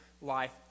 life